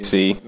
See